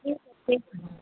ठीक है ठीक है हाँ